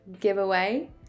giveaway